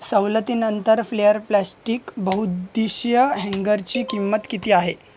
सवलतीनंतर Flair plastic बहुद्देशीय हँगरची किंमत किती आहे